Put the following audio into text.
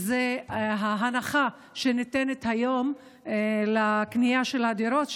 והיא ההנחה שניתנת היום לקנייה של הדירות,